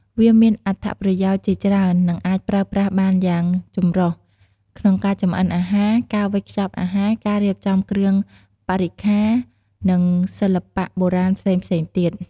វាមានអត្ថប្រយោជន៍ជាច្រើន និងអាចប្រើប្រាស់បានយ៉ាងចម្រុះ ក្នុងការចម្អិនអាហារ ការវេចខ្ចប់អាហារ ការរៀបចំគ្រឿងបរិក្ខារ និងសិល្បៈបុរាណផ្សេងៗទៀត។